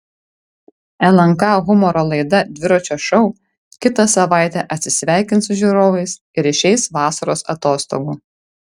lnk humoro laida dviračio šou kitą savaitę atsisveikins su žiūrovais ir išeis vasaros atostogų